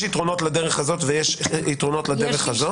יש יתרונות לדרך הזו ויש יתרונות לזו.